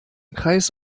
kreis